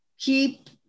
keep